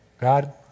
God